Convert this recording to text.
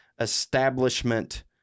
establishment—